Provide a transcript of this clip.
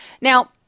Now